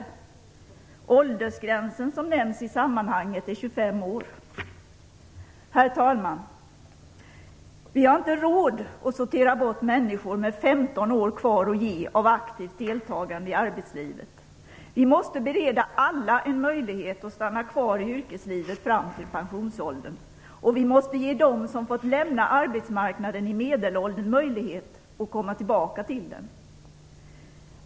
Den åldersgräns som nämns i sammanhanget är 25 Vi har inte råd att sortera bort människor med 15 år kvar att ge av aktivt deltagande i arbetslivet. Vi måste bereda alla en möjlighet att stanna kvar i yrkeslivet fram till pensionsåldern, och vi måste ge dem som fått lämna arbetsmarknaden i medelåldern möjlighet att komma tillbaka till den.